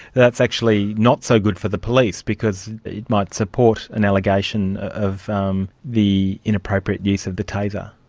that's actually not so good for the police because it might support an allegation of um the inappropriate use of the taser.